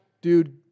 dude